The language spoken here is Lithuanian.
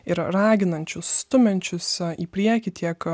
ir raginančius stumiančius a į priekį tiek